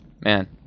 man